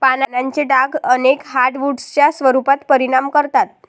पानांचे डाग अनेक हार्डवुड्सच्या स्वरूपावर परिणाम करतात